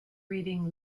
reading